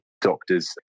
doctors